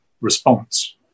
response